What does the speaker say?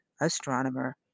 Astronomer